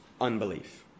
Unbelief